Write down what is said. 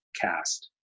cast